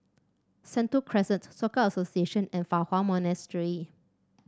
Sentul Crescent Soka Association and Fa Hua Monastery